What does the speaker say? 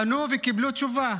פנו וקיבלו תשובה: